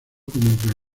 como